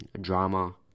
drama